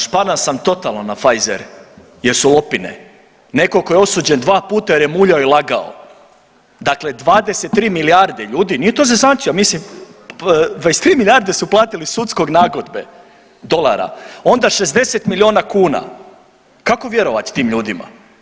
Našpanan sam totalno na Pfizer jer su lopine, neko ko je osuđen dva puta jer je muljao i lagao, dakle 23 milijarde, ljudi nije to zezancija, mislim 23 milijarde su platili sudske nagodbe dolara, onda 60 milijuna kuna, kako vjerovat tim ljudima.